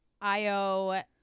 IO